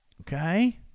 Okay